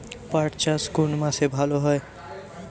পাট চাষ কোন মাসে ভালো হয়?